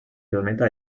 planeta